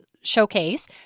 showcase